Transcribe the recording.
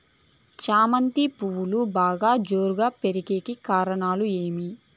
చామంతి పువ్వులు బాగా జోరుగా పెరిగేకి కారణం ఏమి?